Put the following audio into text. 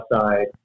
side